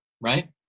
right